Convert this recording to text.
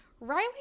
Riley